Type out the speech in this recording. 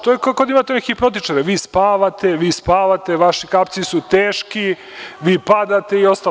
To je kao kad imate one hipnotičare - vi spavate, vi spavate, vaši kapci su teški, vi padate i ostalo.